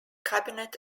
cabinet